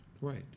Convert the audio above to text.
right